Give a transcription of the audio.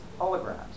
holograms